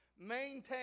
Maintain